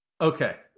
Okay